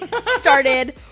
started